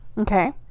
Okay